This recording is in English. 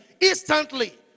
Instantly